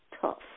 tough